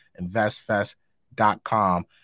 InvestFest.com